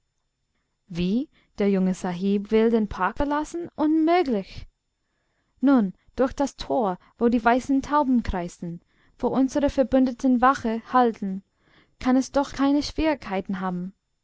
wie der junge sahib will den park verlassen unmöglich nun durch das tor wo die weißen tauben kreisten wo unsere verbündeten wache halten kann es doch keine schwierigkeiten haben